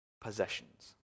possessions